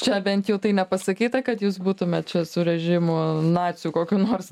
čia bent jau tai nepasakyta kad jūs būtumėt čia su rėžimu nacių kokiu nors